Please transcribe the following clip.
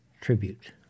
tribute